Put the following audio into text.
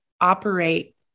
operate